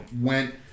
went